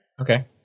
Okay